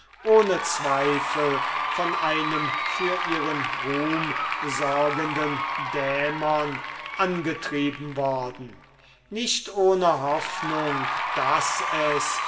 ohne zweifel von einem für ihren ruhm sorgenden dämon angetrieben worden nicht ohne hoffnung daß es